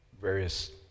various